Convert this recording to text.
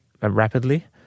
rapidly